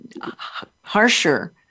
harsher